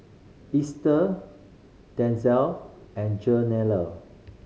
Easter Denzel and Jenelle